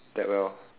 that well